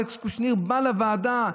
אלכס קושניר בא לוועדה,